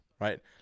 right